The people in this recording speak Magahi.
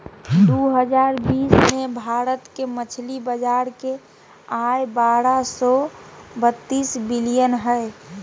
दो हजार बीस में भारत के मछली बाजार के आय बारह सो बतीस बिलियन हइ